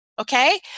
okay